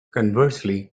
conversely